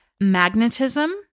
magnetism